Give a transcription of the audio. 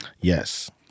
Yes